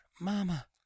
Mama